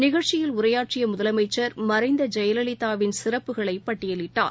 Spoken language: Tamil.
நிகழ்ச்சியில் உரையாற்றியமுதலமைச்சர் மறைந்தஜெயலலிதாவின் சிறப்புகளைபட்டியலிட்டார்